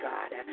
God